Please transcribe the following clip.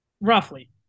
Roughly